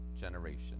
generation